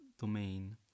domain